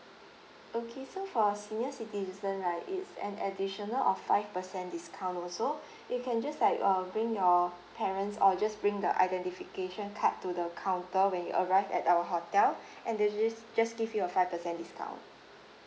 okay so for senior citizen right it's an additional of five per cent discount also you can just like uh bring your parents or just bring the identification card to the counter when you arrive at our hotel and they just just give your five percent discount